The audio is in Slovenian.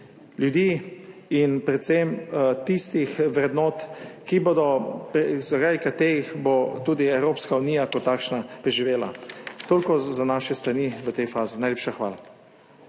ljudi in predvsem tistih vrednot, ki bodo, zaradi katerih bo tudi Evropska unija kot takšna preživela. Toliko z naše strani v tej fazi, najlepša hvala.